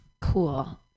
cool